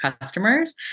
customers